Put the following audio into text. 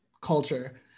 culture